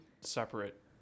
separate